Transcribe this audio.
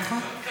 נכון.